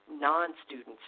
non-students